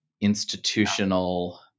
institutional